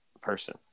person